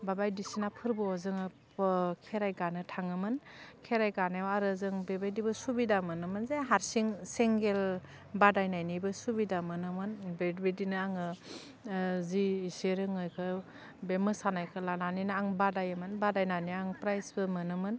बा बायदिसिना फोरबोआव जोङो बा खेराइ गानो थाङोमोन खेराइ गानायाव आरो जों बेबायदिबो सुबिदा मोनोमोन जे हारसिं सेंगेल बादायनायनिबो सुबिदा मोनोमोन बे बेदिनो आङो जि एसे रोङो बेखो बे मोसानायखौ लानानैनो आं बादायोमोन बादायनानै आं प्राइजबो मोनोमोन